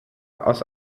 aus